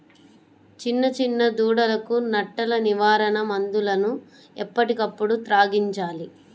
చిన్న చిన్న దూడలకు నట్టల నివారణ మందులను ఎప్పటికప్పుడు త్రాగించాలి